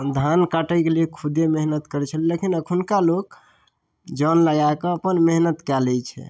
धान काटैके लेल खुदे मेहनत करै छलै लेकिन अखुनका लोक जौन लगाकऽ अपन मेहनत कए लै छै